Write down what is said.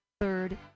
third